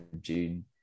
June